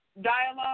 dialogue